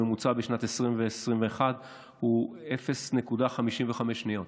הממוצע בשנת 2020 ו-2021 הוא 0.55 שניות,